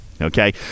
Okay